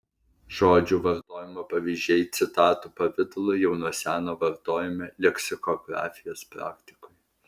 žodžių vartojimo pavyzdžiai citatų pavidalu jau nuo seno vartojami leksikografijos praktikoje